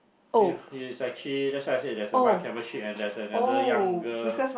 ya it's actually that's why I said there's a white cover sheet and there's another young girl